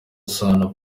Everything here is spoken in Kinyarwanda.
isano